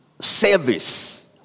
service